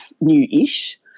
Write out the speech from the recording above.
new-ish